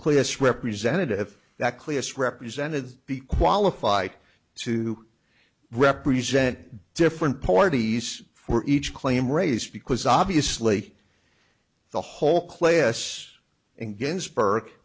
clearest representative that cliff's represented be qualified to represent different parties for each claim raise because obviously the whole class and ginsburg